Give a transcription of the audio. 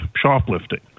shoplifting